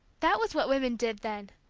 that was what women did, then,